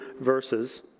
verses